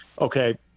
okay